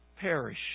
perish